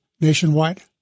nationwide